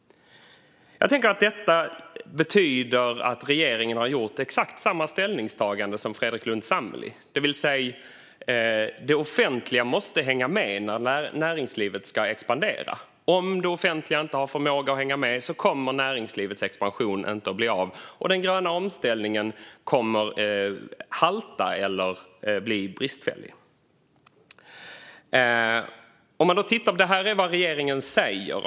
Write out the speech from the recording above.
Jag tänker att detta betyder att regeringen har gjort exakt samma ställningstagande som Fredrik Lundh Sammeli. Det offentliga måste hänga med när näringslivet ska expandera. Om det offentliga inte har förmåga att hänga med kommer näringslivets expansion inte att bli av, och den gröna omställningen kommer att halta eller bli bristfällig. Det här är vad regeringen säger.